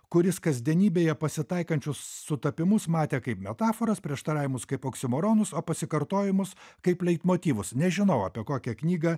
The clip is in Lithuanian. kuris kasdienybėje pasitaikančius sutapimus matė kaip metaforas prieštaravimus kaip oksimoronus o pasikartojimus kaip leitmotyvus nežinau apie kokią knygą